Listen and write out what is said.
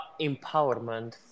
empowerment